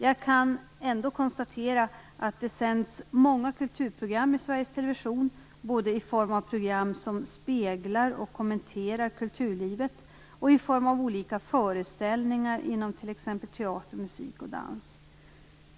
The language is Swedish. Jag kan ändå konstatera att det sänds många kulturprogram i Sveriges Television, både i form av program som speglar och kommenterar kulturlivet och i form av olika föreställningar inom t.ex. teater, musik och dans.